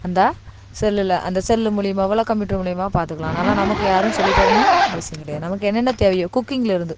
அந்த செல்லில் அந்த செல்லு மூலயமாவோ இல்லை கம்ப்யூட்ரு மூலயமாவோ பார்த்துக்கலாம் அதால் நமக்கு யாரும் சொல்லித்தரனும் அவசியம் கிடையாது நமக்கு என்ன என்ன தேவையோ குக்கிங்ல இருந்து